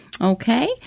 Okay